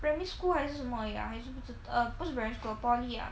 primary school 还是什么 ya err 还是不知 err 不是 primary school poly ah